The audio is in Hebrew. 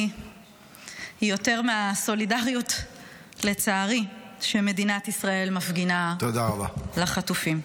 היא יותר מהסולידריות שמדינת ישראל מפגינה לחטופים.